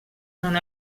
són